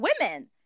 women